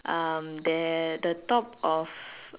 um there the top of